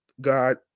god